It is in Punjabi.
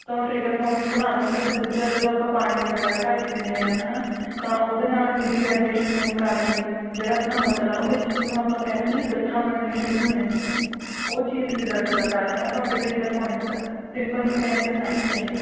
ਤਾਂ ਉਹ ਟਰੀਗਰ ਪੁਆਇੰਟਸ ਬਣਾ ਦਿੰਦਾ ਅਤੇ ਦੂਜਾ ਜਦੋਂ ਆਪਾਂ ਪਾਣੀ ਵਗੈਰਾ ਘੱਟ ਪੀਂਦੇ ਹਾਂ ਹੈ ਨਾ ਤਾਂ ਉਹਦੇ ਨਾਲ ਵੀ ਡੀਹਾਈਡਰੇਸ਼ਨ ਹੋਣ ਕਾਰਨ ਵੀ ਜਿਹੜਾ ਆਪਣਾ ਮਸਲ ਆ ਉਹਦੇ 'ਚ ਜਿਹਨੂੰ ਆਪਾਂ ਕਹਿ ਦਿੰਦੇ ਹਾਂ ਗੱਠਾਂ ਬਣਨੀਆਂ ਸ਼ੁਰੂ ਹੋ ਜਾਂਦੀਆਂ ਉਹ ਚੀਜ਼ ਵੀ ਦਰਦ ਦਾ ਕਾਰਨ ਹੈ ਤੁਹਾਡੇ ਟਰੀਗਰ ਪੁਆਇੰਟਸ ਆ ਸਿੰਪਲ ਮਕੈਨੀਕਲ ਨੈਕ ਪੇਨ ਹੈ